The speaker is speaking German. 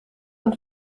und